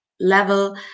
level